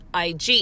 IG